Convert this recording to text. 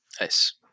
Nice